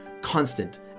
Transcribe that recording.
constant